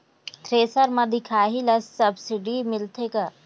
Thresher म दिखाही ला सब्सिडी मिलथे का?